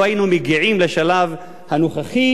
לא היינו מגיעים לשלב הנוכחי,